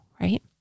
right